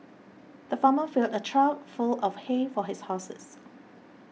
the farmer filled a trough full of hay for his horses